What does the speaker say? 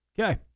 Okay